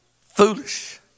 foolish